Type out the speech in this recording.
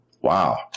wow